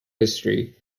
history